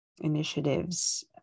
initiatives